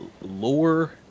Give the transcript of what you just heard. lore